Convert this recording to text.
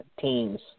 teams